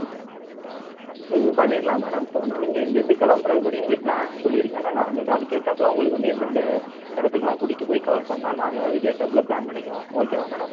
ம் ம் பண்ணிடலாம் மேடம் இப்போ வந்து நீங்கள் இங்கேயிருந்து கிளம்புற படி நீங்கள் பிளான் சொல்லிடுங்க நாங்கள் அது அதுக்கேற்றாப்புல உங்களுக்கு வந்து எந்தெந்த இடத்துக்குலாம் கூட்டிட்டுப் போய் கவர் பண்ணலாம் நாங்கள் அதுக்கேற்றாப்புல பிளான் பண்ணிக்குவோம் ஓகேவா மேடம்